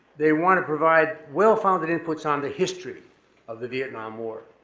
they wanna provide well founded inputs on the history of the vietnam war.